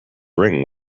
ring